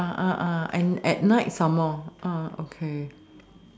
and at night some more okay